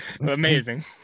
Amazing